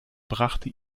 brachte